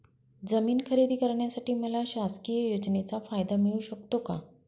जमीन खरेदी करण्यासाठी मला शासकीय योजनेचा फायदा मिळू शकतो का?